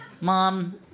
Mom